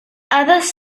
others